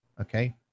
Okay